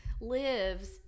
lives